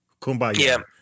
Kumbaya